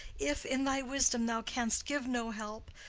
if in thy wisdom thou canst give no help,